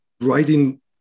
writing